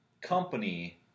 company